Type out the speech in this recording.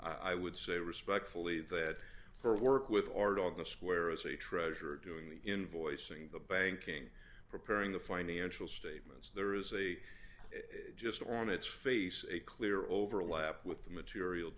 i would say respectfully that for work with art on the square as a treasure doing the invoicing the banking preparing the financial statements there is a just on its face a clear overlap with the material